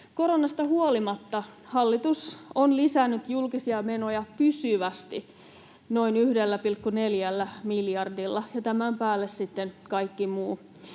Koronasta huolimatta hallitus on lisännyt julkisia menoja pysyvästi noin 1,4 miljardilla, ja tämän päälle sitten kaikki muu.